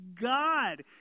God